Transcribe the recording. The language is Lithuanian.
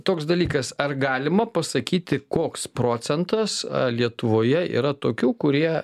toks dalykas ar galima pasakyti koks procentas lietuvoje yra tokių kurie